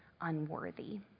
unworthy